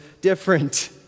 different